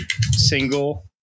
single